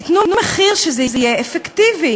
תנו מחיר שזה יהיה אפקטיבי,